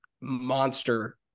monster